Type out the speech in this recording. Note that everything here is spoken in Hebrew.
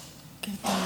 חבריי חברי הכנסת,